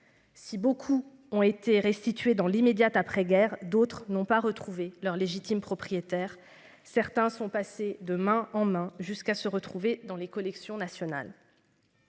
Si beaucoup ont été restitués dans l'immédiat. Après-guerre d'autres n'ont pas retrouvé leurs légitimes propriétaires, certains sont passés de main en main jusqu'à se retrouver dans les collections nationales.